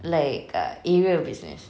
like err area of business